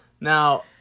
Now